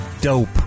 dope